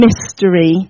mystery